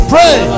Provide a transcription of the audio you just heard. Pray